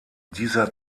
dieser